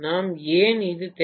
நாம் ஏன் இது தேவை